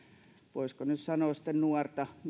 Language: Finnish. voisiko nyt sanoa nuorta